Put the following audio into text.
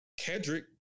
Kedrick